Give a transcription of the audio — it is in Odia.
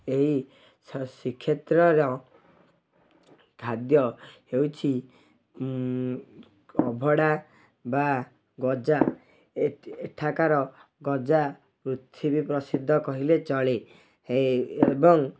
ଏହି ଶ୍ରୀକ୍ଷେତ୍ରର ଖାଦ୍ୟ ହେଉଛି ଅଭଡ଼ା ବା ଗଜା ଏ ଏଠାକାର ଗଜା ପୃଥିବୀ ପ୍ରସିଦ୍ଧ କହିଲେ ଚଳେ ଏବଂ